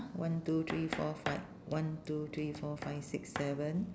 one two three four five one two three four five six seven